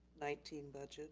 nineteen budget